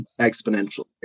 exponentially